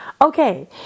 Okay